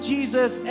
Jesus